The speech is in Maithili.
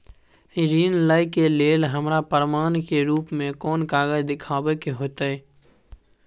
ऋण लय के लेल हमरा प्रमाण के रूप में कोन कागज़ दिखाबै के होतय?